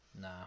nah